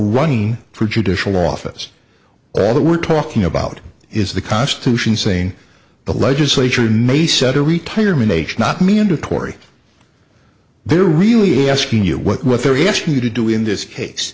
running for judicial office well that we're talking about is the constitution saying the legislature may set a retirement age not me and a tory they're really asking you what what they're asking you to do in this case